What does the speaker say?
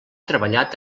treballat